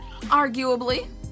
arguably